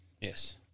Yes